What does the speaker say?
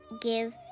give